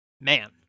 Man